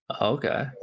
okay